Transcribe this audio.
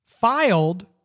filed